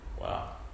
wow